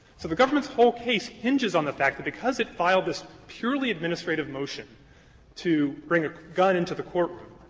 so the government's whole case hinges on the fact that because it filed this purely administrative motion to bring a gun into the courtroom,